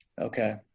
Okay